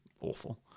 awful